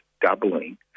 doubling